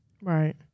Right